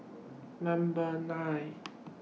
Number nine